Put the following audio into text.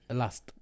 last